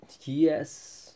yes